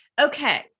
Okay